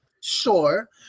Sure